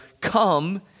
Come